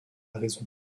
raison